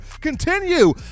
Continue